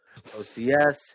OCS